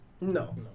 No